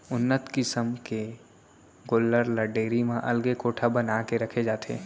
उन्नत किसम के गोल्लर ल डेयरी म अलगे कोठा बना के रखे जाथे